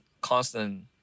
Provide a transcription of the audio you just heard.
constant